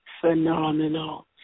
phenomenal